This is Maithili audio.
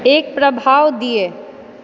एक प्रभाव दिअऽ